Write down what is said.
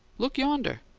look yonder!